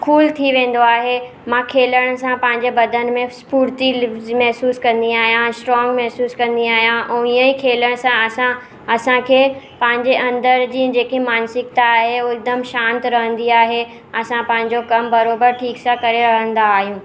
cool थी वेंदो आहे मां खेॾण सां पंहिंजे बदन में स्फुर्ती लिफ्ज़स महिसूसु कंदी आहियां स्ट्रॉन्ग महिसूसु कंदी आहियां उन्हीअ ई खेॾण सां असांखे पंहिंजे अंदरि जी जेकी मानसिकता आहे उहो हिकदमि शांति रहंदी आहे असां पंहिंजो कमु बराबरि ठीकु सां करे रहंदा आहियूं